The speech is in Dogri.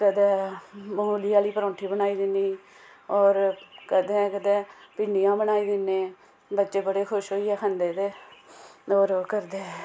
कदे मूली आह्ली परौंठी बनाई दिन्नी और कदें कुदै भिंड़ियां बनाई दिंन्नी ते बच्चे बड़े खुश होइयै खंदे न और कन्नै